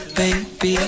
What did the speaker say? baby